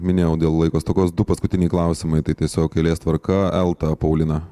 minėjau dėl laiko stokos du paskutiniai klausimai tai tiesiog eilės tvarka elta paulina